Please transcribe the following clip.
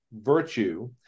virtue